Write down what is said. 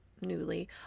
newly